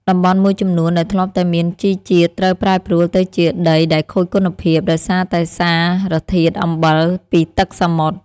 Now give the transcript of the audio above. តំបន់មួយចំនួនដែលធ្លាប់តែមានជីជាតិត្រូវប្រែប្រួលទៅជាដីដែលខូចគុណភាពដោយសារតែសារធាតុអំបិលពីទឹកសមុទ្រ។